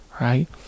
Right